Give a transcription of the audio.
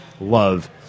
love